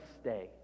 stay